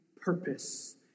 purpose